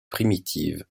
primitives